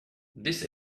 this